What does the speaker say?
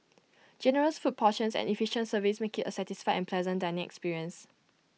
generous food portions and efficient service make IT A satisfied and pleasant dining experience